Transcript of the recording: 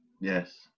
yes